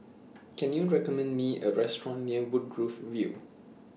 Can YOU recommend Me A Restaurant near Woodgrove View